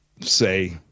say –